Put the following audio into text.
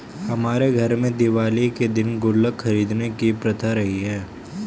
हमारे घर में दिवाली के दिन गुल्लक खरीदने की प्रथा रही है